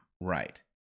Right